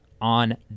on